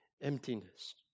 emptiness